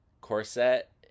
corset